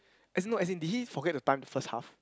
as in no as in did he forget to time the first half